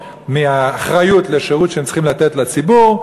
מהאחריות לשירות שהן צריכות לתת לציבור.